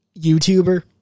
YouTuber